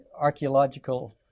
archaeological